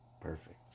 perfect